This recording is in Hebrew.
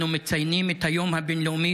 אנחנו מציינים את היום הבין-לאומי